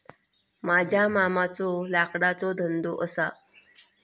माझ्या मामाचो लाकडाचो धंदो असा